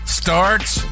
starts